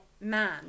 man